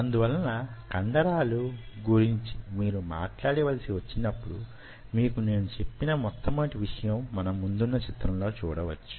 అందువలన కండరాల గురించి మీరు మాట్లాడవలసి వచ్చినప్పుడు మీకు నేను చెప్పిన మొట్టమొదటి విషయం మన ముందున్న చిత్రంలో చూడవచ్చు